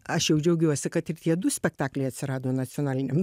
aš jau džiaugiuosi kad ir tie du spektakliai atsirado nacionaliniam